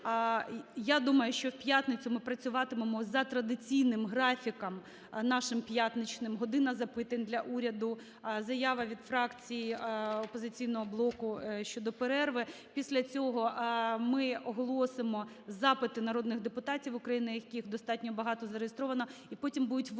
Я думаю, що в п'ятницю ми працюватимемо за традиційним графіком нашим п'ятничним: "година запитань до Уряду", заява від фракції "Опозиційного блоку" щодо перерви, після цього ми оголосимо запити народних депутатів, яких достатньо багато зареєстровано, і потім будуть виступи